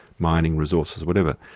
mining, resources, whatever.